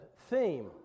theme